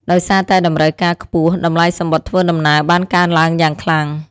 ដោយសារតែតម្រូវការខ្ពស់ តម្លៃសំបុត្រធ្វើដំណើរបានកើនឡើងយ៉ាងខ្លាំង។